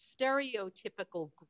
stereotypical